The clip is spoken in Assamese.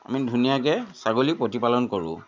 আমি ধুনীয়াকৈ ছাগলী প্ৰতিপালন কৰোঁ